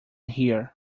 here